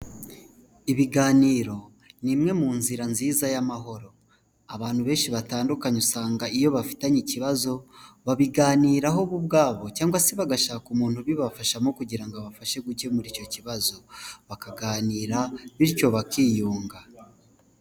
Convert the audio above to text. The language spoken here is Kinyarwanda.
Ibiganiro ni imwe mu nzira nziza y'amahoro abantu benshi batandukanye usanga iyo bafitanye ikibazo babiganiraho bo ubwabo cyangwa se bagashaka umuntu ubibafashamo kugira ngo abafashe gukemura icyo kibazo, bakaganira bityo bakiyunga.